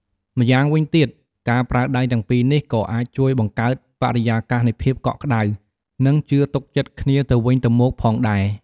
ម្យ៉ាងវិញទៀត ការប្រើដៃទាំងពីរនេះ ក៏អាចជួយបង្កើតបរិយាកាសនៃភាពកក់ក្តៅ និងជឿទុកចិត្តគ្នាទៅវិញទៅមកផងដែរ។